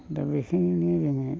दा बेखायनो जोङो